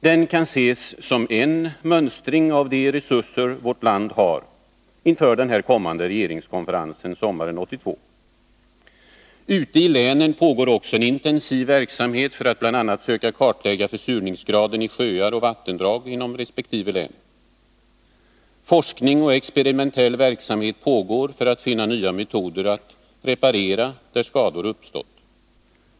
Den kan ses som en mönstring inför den kommande regeringskonferensen sommaren 1982 av de resurser vårt land har. Ute i länen pågår också en intensiv verksamhet för att bl.a. söka kartlägga försurningsgraden i sjöar och vattendrag inom resp. län. Forskning och experimentell verksamhet pågår för att finna nya metoder att reparera där skador har uppstått.